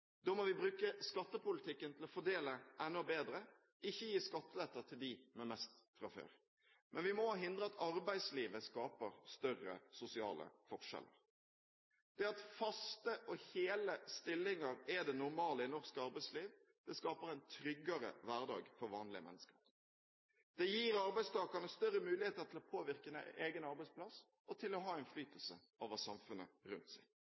Da må vi bruke skattepolitikken til å fordele enda bedre, ikke gi skattelette til dem med mest fra før. Men vi må hindre at arbeidslivet skaper større sosiale forskjeller. Det at faste og hele stillinger er det normale i norsk arbeidsliv, skaper en tryggere hverdag for vanlige mennesker. Det gir arbeidstakerne større muligheter til å påvirke egen arbeidsplass og til å ha innflytelse over samfunnet rundt seg,